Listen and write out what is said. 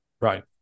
Right